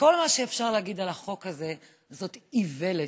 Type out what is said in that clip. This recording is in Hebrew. שכל מה שאפשר להגיד על החוק הזה: זאת איוולת.